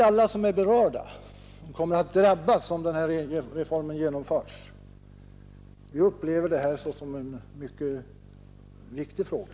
Alla vi som berörs och kommer att drabbas om denna reform genomförs upplever detta som en mycket viktig fråga.